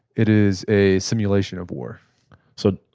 it is a simulation of war so